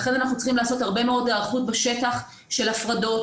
לכן אנחנו צריכים לעשות הרבה מאוד היערכות בשטח של הפרדות,